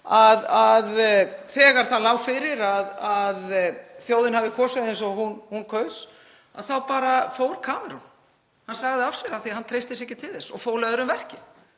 að þegar það lá fyrir að þjóðin hafði kosið eins og hún kaus þá fór Cameron. Hann sagði af sér af því að hann treysti sér ekki til verksins og fól öðrum það.